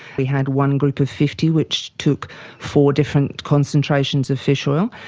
we had one group of fifty which took four different concentrations of fish oil,